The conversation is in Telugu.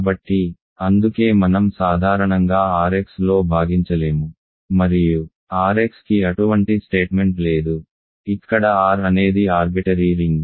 కాబట్టి అందుకే మనం సాధారణంగా R x లో భాగించలేము మరియు R x కి అటువంటి స్టేట్మెంట్ లేదు ఇక్కడ R అనేది ఆర్బిటరీ రింగ్